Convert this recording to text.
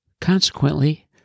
Consequently